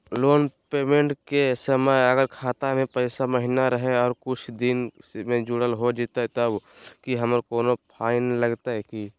Loan payment के समय अगर खाता में पैसा महिना रहै और कुछ दिन में जुगाड़ हो जयतय तब की हमारा कोनो फाइन लगतय की?